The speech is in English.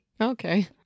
Okay